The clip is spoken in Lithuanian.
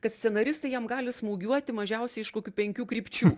kad scenaristai jam gali smūgiuoti mažiausiai iš kokių penkių krypčių